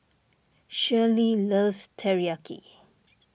Schley loves Teriyaki